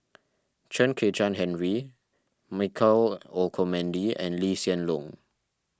Chen Kezhan Henri Michael Olcomendy and Lee Hsien Loong